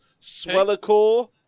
Swellacore